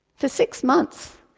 for six months,